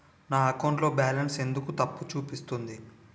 నా అకౌంట్ లో బాలన్స్ ఎందుకు తప్పు చూపిస్తుంది?